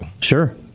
sure